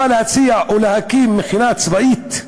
בא להציע ולהקים מכינה צבאית,